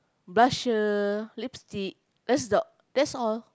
blusher lipstick that's the that's all